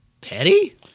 Petty